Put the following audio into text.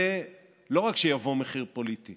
לא נפסיק להילחם,